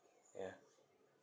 yeah